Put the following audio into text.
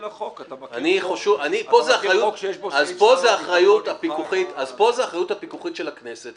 אתה מביא חוק שיש בו סעיף --- אז פה זו אחריות הפיקוחית של הכנסת.